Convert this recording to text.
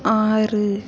ஆறு